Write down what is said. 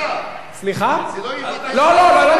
זה לא יבטל, לא, לא, זה לא מבטל את ההצעה שלי.